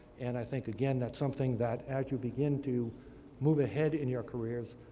and i think, again, that's something that, as you begin to move ahead in your careers,